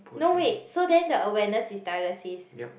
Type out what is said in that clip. no wait so then the awareness is dialysis